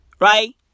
right